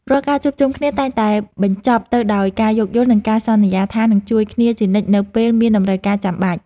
រាល់ការជួបជុំគ្នាតែងតែបញ្ចប់ទៅដោយការយោគយល់ និងការសន្យាថានឹងជួយគ្នាជានិច្ចនៅពេលមានតម្រូវការចាំបាច់។